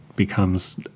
becomes